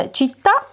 città